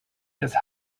des